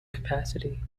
capacity